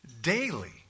daily